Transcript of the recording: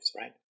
right